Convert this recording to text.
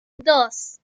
dos